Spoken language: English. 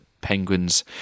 Penguins